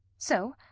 so,